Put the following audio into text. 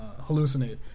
hallucinate